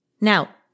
Now